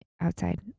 outside